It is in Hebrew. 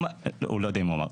לא יודע אם הוא אמר.